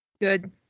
Good